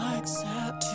accept